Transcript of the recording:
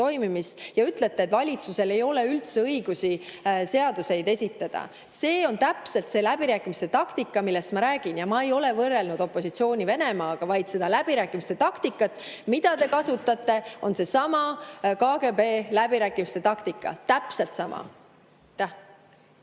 toimimist ja ütlete, et valitsusel ei ole üldse õigust seaduseelnõusid esitada. See on täpselt see läbirääkimiste taktika, millest ma räägin. Ja ma ei ole võrrelnud mitte opositsiooni Venemaaga, vaid seda läbirääkimiste taktikat, mida te kasutate. See on seesama KGB läbirääkimiste taktika. Täpselt sama!